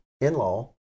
in-law